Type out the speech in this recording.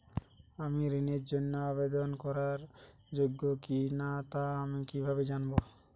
আমি ঋণের জন্য আবেদন করার যোগ্য কিনা তা আমি কীভাবে জানব?